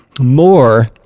more